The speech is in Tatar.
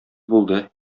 булды